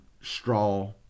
straw